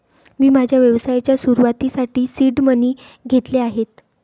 मी माझ्या व्यवसायाच्या सुरुवातीसाठी सीड मनी घेतले आहेत